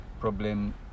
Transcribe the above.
problem